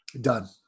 Done